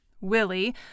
Willie